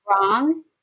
wrong